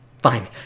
Fine